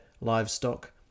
livestock